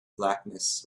blackness